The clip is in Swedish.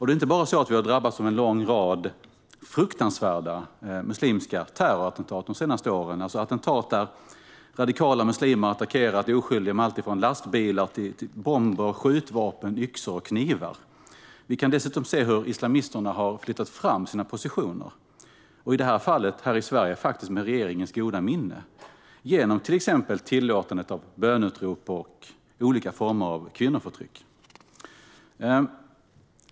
Det är inte bara så att vi har drabbats av en lång rad fruktansvärda muslimska terrorattentat de senaste åren - attentat där radikala muslimer har attackerat oskyldiga med alltifrån lastbilar till bomber, skjutvapen, yxor och knivar. Vi kan dessutom se hur islamisterna har flyttat fram sina positioner - och i fallet här i Sverige faktiskt med regeringens goda minne - genom till exempel tillåtandet av böneutrop och olika former av kvinnoförtryck.